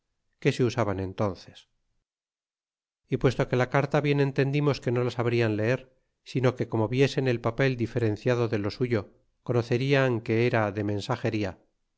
que se usaban entónces y puesto que la carta bien entendimos que no la sabrian leer sino que como viesen el papel diferenciado de lo suyo conocerian que era de mensagería